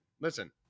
listen